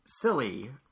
silly